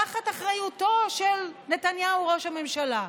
תחת אחריותו של נתניהו ראש הממשלה.